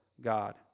God